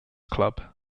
club